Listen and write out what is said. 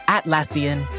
Atlassian